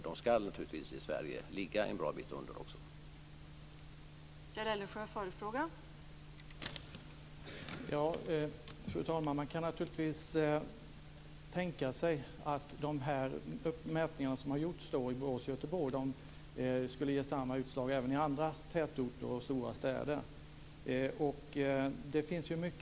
De ska naturligtvis ligga en bra bit under i Sverige också.